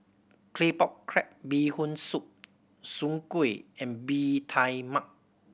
Claypot Crab Bee Hoon Soup soon kway and Bee Tai Mak